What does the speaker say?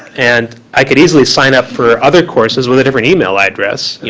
and i could easily sign up for other courses with a different email address, you